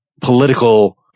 political